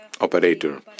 operator